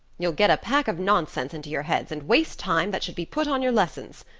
you'll get a pack of nonsense into your heads and waste time that should be put on your lessons.